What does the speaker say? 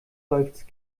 seufzt